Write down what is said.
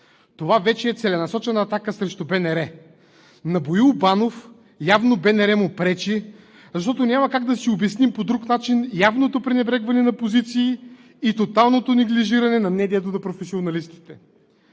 Това вече е целенасочена атака срещу БНР. На Боил Банов явно БНР му пречи, защото няма как по друг начин да си обясним явното пренебрегване на позиции и тоталното неглижиране на медията на професионалистите.